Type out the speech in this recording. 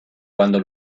cuando